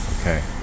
Okay